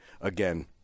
again